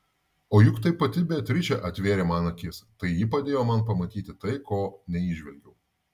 o juk tai pati beatričė atvėrė man akis tai ji padėjo man pamatyti tai ko neįžvelgiau